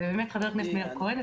חבר הכנסת מאיר כהן,